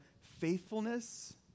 faithfulness